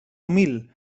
humil